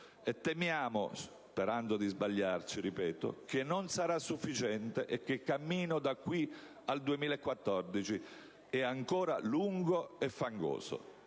temiamo, sperando di sbagliarci, che non sarà Sufficiente, e che il cammino da qui al 2014 sia ancora lungo e fangoso.